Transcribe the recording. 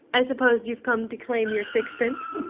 i suppose you've come to claim your sixpence?